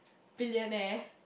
billionaire